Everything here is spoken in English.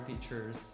teachers